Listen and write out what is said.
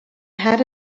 had